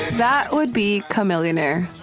that would be chamillionaire.